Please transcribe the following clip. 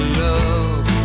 love